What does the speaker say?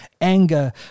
anger